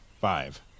Five